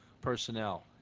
personnel